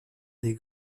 des